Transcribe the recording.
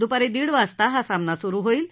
दुपारी दीड वाजता हा सामना सुरु होईल